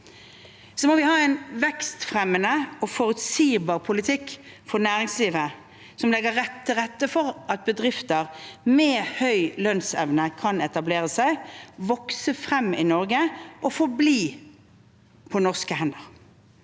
må vi ha en vekstfremmende og forutsigbar politikk for næringslivet som legger til rette for at bedrifter med høy lønnsevne kan etablere seg, vokse frem i Norge